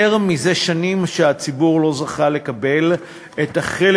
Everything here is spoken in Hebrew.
יותר מדי שנים הציבור לא זכה לקבל את החלק